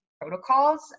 protocols